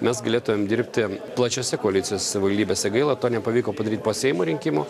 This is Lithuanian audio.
mes galėtumėm dirbti plačiose koalicijos savivaldybėse gaila to nepavyko padaryti po seimo rinkimų